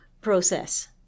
process